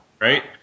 right